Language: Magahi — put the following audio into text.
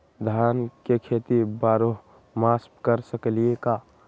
धान के खेती बारहों मास कर सकीले का?